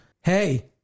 hey